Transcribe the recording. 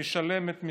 משלמת מיסים,